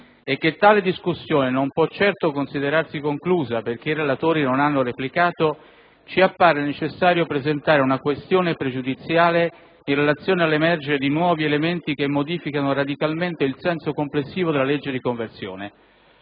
e che tale discussione non può certo considerarsi conclusa perché i relatori non hanno replicato, ci appare necessario presentare una questione pregiudiziale in relazione all'emergere di nuovi elementi che modificano radicalmente il senso complessivo del disegno di legge di conversione.